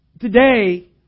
Today